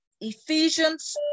Ephesians